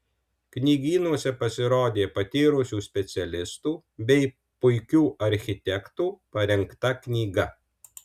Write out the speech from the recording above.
knygynuose pasirodė patyrusių specialistų bei puikių architektų parengta knyga